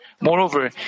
Moreover